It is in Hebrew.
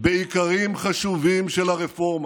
בעיקרים חשובים של הרפורמה.